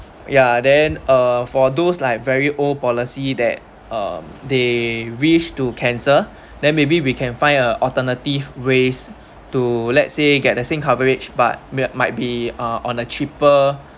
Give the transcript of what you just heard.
ya then uh for those like very old policy that um they wish to cancel then maybe we can find a alternative ways to let's say get the same coverage but might might be uh on a cheaper